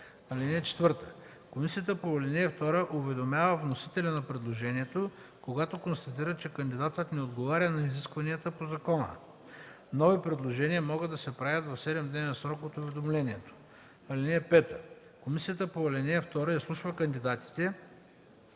2. (4) Комисията по ал. 2 уведомява вносителя на предложението, когато констатира, че кандидатът не отговаря на изискванията по закона. Нови предложения могат да се правят в 7-дневен срок от уведомлението. (5) Комисията по ал. 2 изслушва кандидатите,